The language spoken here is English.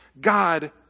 God